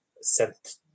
sent